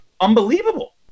unbelievable